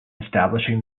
establishing